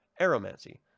Aromancy